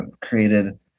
created